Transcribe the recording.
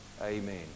Amen